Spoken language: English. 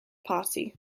party